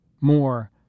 more